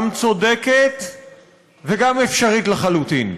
גם צודקת וגם אפשרית לחלוטין.